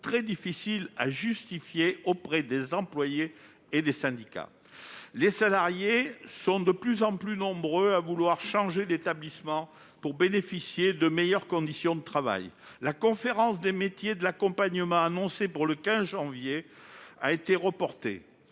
très difficiles à justifier auprès des employés et des syndicats. Les salariés sont de plus en plus nombreux à vouloir changer d'établissement pour bénéficier de meilleures conditions de travail. La conférence des métiers et de l'accompagnement social et médico-social, annoncée pour le 15 janvier, a été reportée.